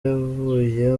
yavuye